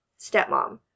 stepmom